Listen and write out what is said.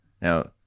now